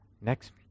next